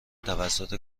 توسط